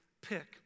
pick